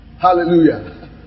Hallelujah